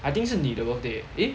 I think 是你的 birthday leh eh